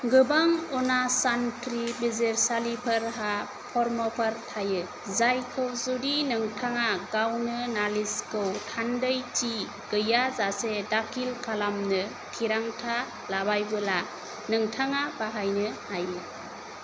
गोबां अनासान्थ्रि बिजिरसालिफोरहा फर्मफोर थायो जायखौ जुदि नोंथाङा गावनो नालिसखौ थान्दैथि गैयाजासे दाखिल खालामनो थिरांथा लाबायबोला नोंथाङा बाहायनो हायो